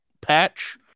patch